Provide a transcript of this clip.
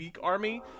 Army